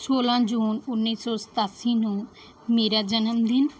ਸੋਲ੍ਹਾਂ ਜੂਨ ਉੱਨੀ ਸੌ ਸਤਾਸੀ ਨੂੰ ਮੇਰਾ ਜਨਮਦਿਨ